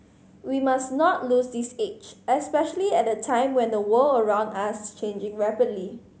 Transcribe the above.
we must not lose this edge especially at a time when the world around us is changing rapidly